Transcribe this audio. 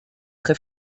très